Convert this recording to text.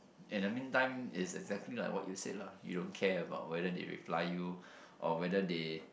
and the meantime it's exactly like what you said lah you don't care about whether they reply you or whether they